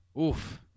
Oof